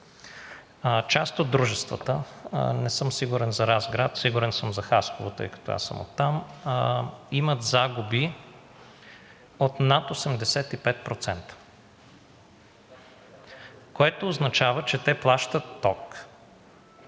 Част от дружествата – не съм сигурен за Разград, сигурен съм за Хасково, тъй като аз съм оттам, имат загуби от над 85%, което означава, че те плащат ток,